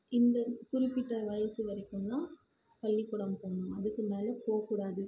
இந்தக் குறிப்பிட்ட வயது வரைக்கும் தான் பள்ளிக்கூடம் போகணும் அதுக்கு மேலே போகக்கூடாது